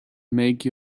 make